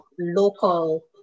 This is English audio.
local